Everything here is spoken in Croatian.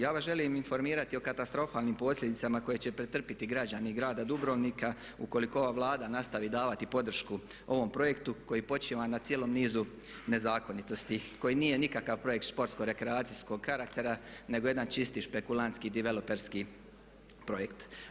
Ja vas želim informirati o katastrofalnim posljedicama koje će pretrpjeti građani grada Dubrovnika ukoliko ova Vlada nastavi davati podršku ovom projektu koji počiva na cijelom nizu nezakonitosti koji nije nikakav projekt športsko rekreacijskog karaktera nego jedan čisti špekulantski developerski projekt.